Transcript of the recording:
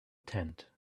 tent